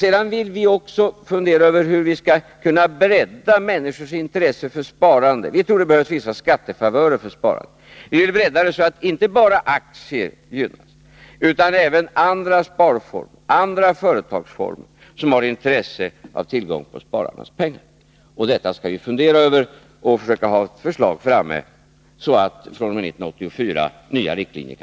Men vi vill också fundera över hur vi skall kunna bredda människors intresse för sparande. Vi tror att det behövs vissa skattefavörer för sparandet. Vi vill bredda det så att det inte bara gäller aktier utan även andra företagsformer som vill få tillgång till spararnas pengar. Detta skall vi fundera över och försöka få fram ett förslag så att nya riktlinjer kan gälla fr.o.m. 1984.